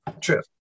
True